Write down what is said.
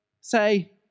say